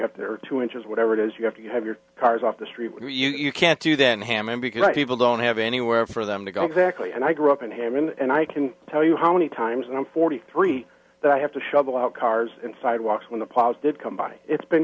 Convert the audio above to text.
have their two inches whatever it is you have to have your cars off the street you can't do then hammond because people don't have anywhere for them to go exactly and i grew up in him and i can tell you how many times and i'm forty three that i have to shovel out cars and sidewalks when the plows did come by it's been